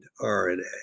RNA